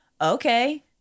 Okay